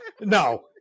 no